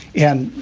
and